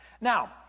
Now